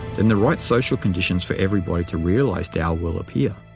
then the right social conditions for everybody to realize tao will appear.